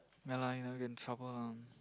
ya lah you never get into trouble ah